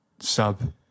sub